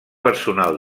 personal